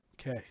Okay